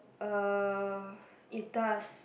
uh it does